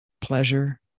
pleasure